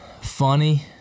Funny